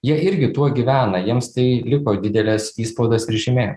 jie irgi tuo gyvena jiems tai liko didelis įspaudas ir žymė